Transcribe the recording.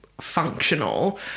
Functional